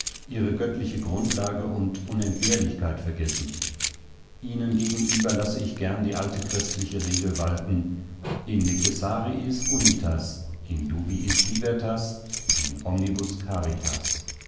ihre göttliche grundlage und unentbehrlichkeit vergessen ihnen gegenüber lasse ich gern die alte christliche regel walten in necessariis unitas in dubiis libertas in omnibus caritas